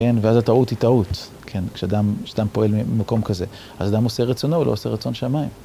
כן, ואז הטעות היא טעות, כן, כשאדם כשאדם פועל ממקום כזה. אז אדם עושה רצונו, לא עושה רצון שמים.